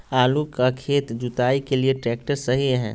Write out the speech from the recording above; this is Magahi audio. आलू का खेत जुताई के लिए ट्रैक्टर सही है?